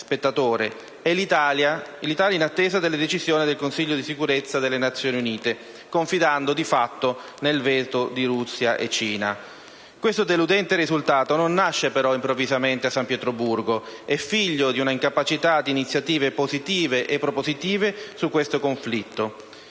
spettatore e l'Italia in attesa delle decisioni del Consiglio di sicurezza delle Nazioni Unite, confidando di fatto nel veto di Russia e Cina. Questo deludente risultato non nasce però improvvisamente a San Pietroburgo. È figlio di una incapacità di iniziative positive e propositive su questo conflitto.